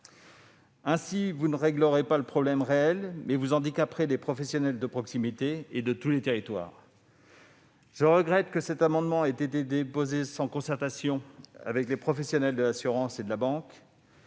fait, vous ne réglerez pas le problème réel, mais vous handicaperez des professionnels de proximité qui travaillent sur l'ensemble du territoire. Je regrette que cet amendement ait été déposé sans concertation avec les professionnels de l'assurance et de la banque.